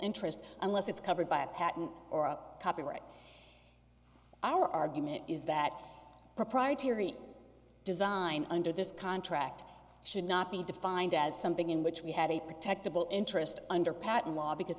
interest unless it's covered by a patent or copyright our argument is that proprietary design under this contract should not be defined as something in which we have a protected the interest under patent law because